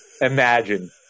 Imagine